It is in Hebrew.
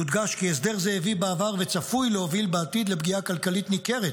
יודגש כי הסדר זה הביא בעבר וצפוי להוביל בעתיד לפגיעה כלכלית ניכרת,